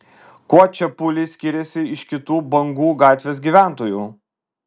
kuo čepuliai skyrėsi iš kitų bangų gatvės gyventojų